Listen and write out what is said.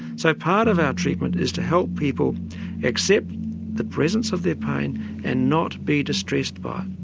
so part of our treatment is to help people accept the presence of their pain and not be distressed by